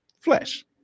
flesh